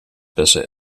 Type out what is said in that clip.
besser